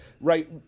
right